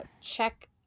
check